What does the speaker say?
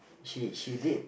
she she did